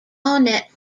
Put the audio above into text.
barnet